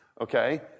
okay